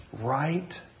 right